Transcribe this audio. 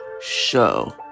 show